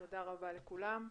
תודה רבה לכולם.